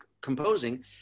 composing